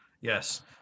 Yes